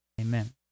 Amen